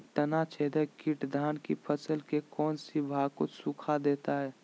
तनाछदेक किट धान की फसल के कौन सी भाग को सुखा देता है?